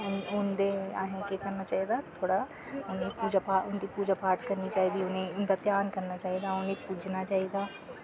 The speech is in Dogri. उन्दे असें केह् करना चाहिदा थोह्ड़ा उं'दी पूजा पाठ करनी चाहिदी उं'दी ध्यान करना चाहिदा उनेंई पूजना चाहिदा